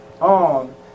on